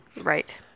Right